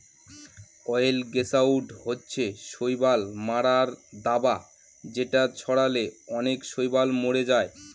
অয়েলগেসাইড হচ্ছে শৈবাল মারার দাবা যেটা ছড়ালে অনেক শৈবাল মরে যায়